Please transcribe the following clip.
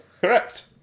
Correct